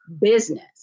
business